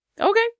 Okay